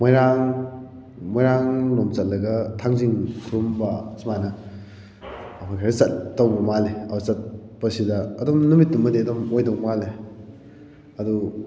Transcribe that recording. ꯃꯣꯏꯔꯥꯡ ꯃꯣꯏꯔꯥꯡꯂꯣꯝꯗ ꯆꯠꯂꯒ ꯊꯥꯡꯖꯤꯡ ꯈꯨꯔꯨꯝꯕ ꯁꯨꯃꯥꯏꯅ ꯑꯩꯈꯣꯏ ꯈꯔ ꯆꯠꯇꯧꯕ ꯃꯥꯜꯂꯤ ꯑꯗꯨ ꯆꯠꯄꯁꯤꯗ ꯑꯗꯨꯝ ꯅꯨꯃꯤꯠꯇꯨꯃꯗꯤ ꯑꯗꯨꯝ ꯑꯣꯏꯗꯧ ꯃꯥꯜꯂꯤ ꯑꯗꯨ